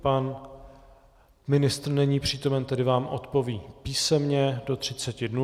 Pan ministr není přítomen, tedy vám odpoví písemně do 30 dnů.